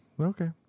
okay